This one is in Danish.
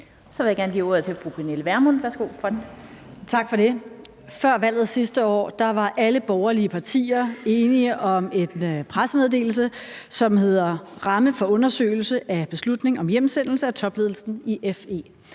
Pernille Vermund. Værsgo Kl. 14:55 Pernille Vermund (NB): Tak for det. Før valget sidste år var alle borgerlige partier enige om en pressemeddelelse, som hedder »Ramme for undersøgelse af beslutning om hjemsendelse af topledelsen i FE«.